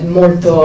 molto